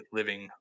living